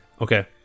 Okay